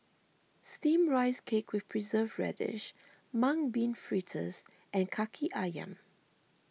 Steamed Rice Cake with Preserved Radish Mung Bean Fritters and Kaki Ayam